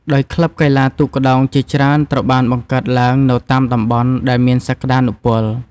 ដោយក្លឹបកីឡាទូកក្ដោងជាច្រើនត្រូវបានបង្កើតឡើងនៅតាមតំបន់ដែលមានសក្ដានុពល។